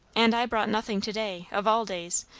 and i brought nothing to-day, of all days.